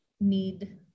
need